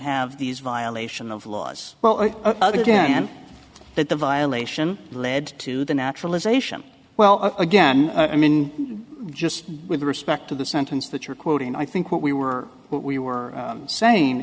have these violation of laws well again that the violation led to the naturalization well again i mean just with respect to the sentence that you're quoting i think what we were what we were